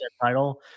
title